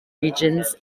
regions